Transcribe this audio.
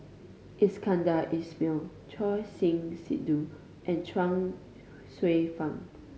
Iskandar Ismail Choor Singh Sidhu and Chuang Hsueh Fang